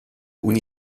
uni